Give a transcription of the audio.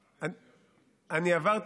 תראה,